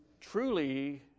truly